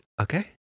Okay